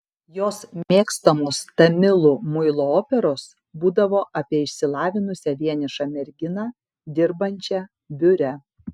jos mėgstamos tamilų muilo operos būdavo apie išsilavinusią vienišą merginą dirbančią biure